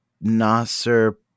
Nasser